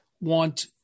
want